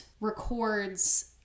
records